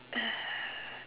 uh